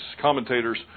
commentators